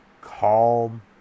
calm